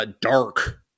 dark